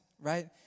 right